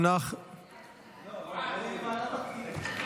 ועדת הפנים.